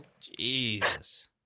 Jesus